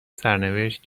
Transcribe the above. سرنوشت